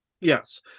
yes